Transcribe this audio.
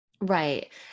Right